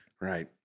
Right